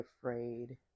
afraid